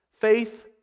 faith